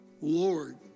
lord